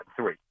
three